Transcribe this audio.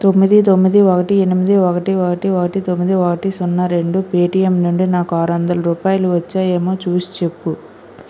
తొమ్మిది తొమ్మిది ఒకటి ఎనిమిది ఒకటి ఒకటి ఒకటి తొమ్మిది ఒకటి సున్నా రెండు పేటీఎం నుండి నాకు ఆరొందల రూపాయలు వచ్చాయేమో చూసి చెప్పు